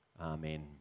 Amen